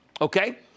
Okay